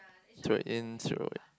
throw it in throw it